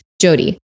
Jody